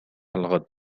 الغد